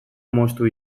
moztu